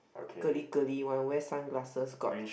curly curly one wear sunglasses got